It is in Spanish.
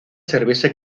servirse